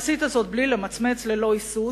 עשית זאת בלי למצמץ, ללא היסוס.